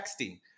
texting